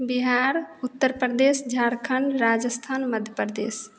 Bihar Uttar Pradesh Jharkhand Rajasthan Madhya Pradesh